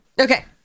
Okay